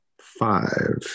Five